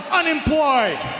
unemployed